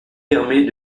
permet